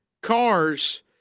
cars